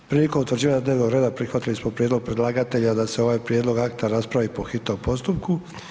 Prigodom utvrđivanja dnevnog reda prihvatili smo prijedlog predlagatelja da se ovaj prijedlog akta raspravi po hitnom postupku.